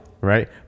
right